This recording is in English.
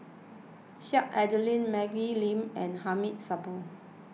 Sheik Alau'ddin Maggie Lim and Hamid Supaat